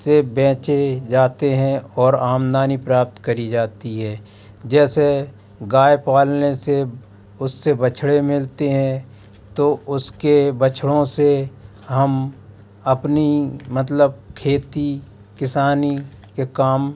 से बेचे जाते हैं और आमदनी प्राप्त करी जाती है जैसे गाय पालने से उससे बछड़े मिलते हैं तो उसके बछड़ों से हम अपनी मतलब खेती किसानी के काम